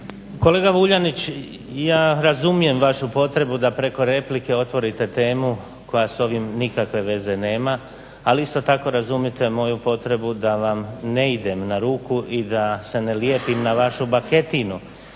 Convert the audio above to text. Kolega Vuljanić ja razumijem vašu potrebu da preko replike otvorite temu koja s ovim nikakve veze nema, ali isto tako razumite moju potrebu da vam ne idem na ruku i da se ne lijepim na vašu baketinu.